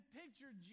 picture